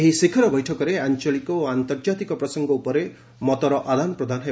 ଏହି ଶିଖର ବୈଠକରେ ଆଞ୍ଚଳିକ ଓ ଆନ୍ତର୍ଜାତିକ ପ୍ରସଙ୍ଗ ଉପରେ ମତର ଆଦାନ ପ୍ରଦାନ ହେବ